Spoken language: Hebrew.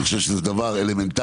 אני חושב שזה דבר אלמנטרי,